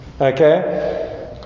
okay